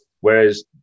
Whereas